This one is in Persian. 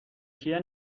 کیه